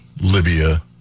Libya